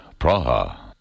Praha